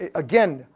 ah again,